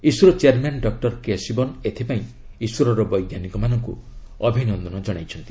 ISRO chairman doctor K Sivan ଏଥିପାଇଁ ଇସ୍ରୋର ବୈଜ୍ଞାନିକମାନଙ୍କୁ ଅଭିନନ୍ଦନ କଣାଇଛନ୍ତି